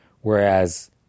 Whereas